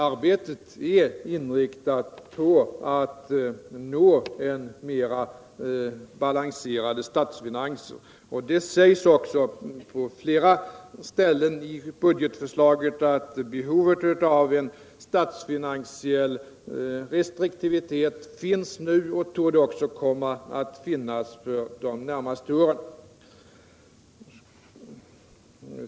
Arbetet är inriktat på att nå mer balanserade statsfinanser, och på flera ställen i budgetförslaget sägs också att det finns behov av en statsfinansiell restriktivitet och att behov därav också torde finnas under de närmaste åren.